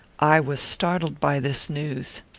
i was startled by this news.